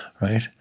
right